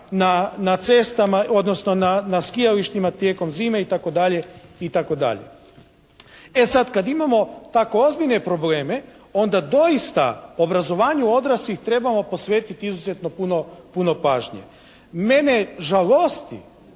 na cestama odnosno na skijalištima tijekom zime itd. E sad, kad imamo tako ozbiljne probleme onda doista obrazovanju odraslih trebamo posvetit izuzetno puno pažnje. Mene žalosti